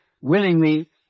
willingly